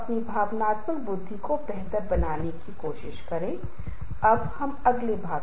अपने अगले व्याख्यान में मैं संबंध बनाने पर जोर देने की कोशिश करूंगा